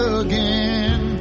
again